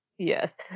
Yes